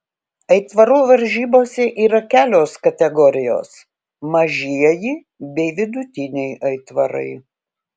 aitvarų varžybose yra kelios kategorijos mažieji bei vidutiniai aitvarai